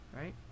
right